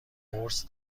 قرص